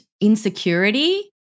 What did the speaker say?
insecurity